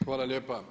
Hvala lijepa.